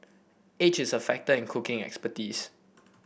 age is a factor in cooking expertise